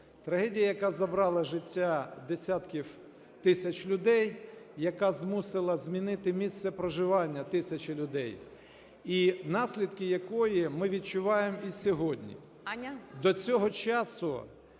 Трагедія, яка забрала життя десятків тисяч людей, яка змусила змінити місце проживання тисячі людей і наслідки якої ми відчуваємо і сьогодні. До цього часу